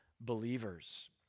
believers